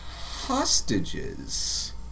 hostages